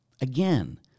Again